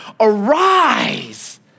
arise